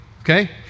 okay